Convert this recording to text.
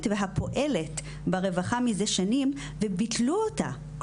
והפועלת ברווחה מזה שנים וביטלו אותה,